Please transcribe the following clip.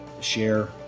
share